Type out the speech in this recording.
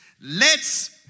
lets